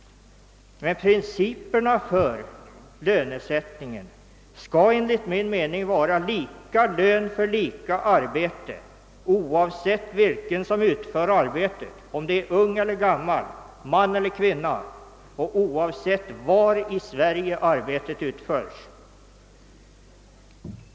Men principerna för lönesättningen bör enligt min mening vara lika lön för lika arbete, oavsett vem det är som utför arbetet — om det är ung eller gammal, man eller kvinna — och oavsett var i Sverige arbetet utförs.